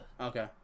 Okay